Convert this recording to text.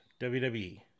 WWE